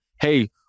hey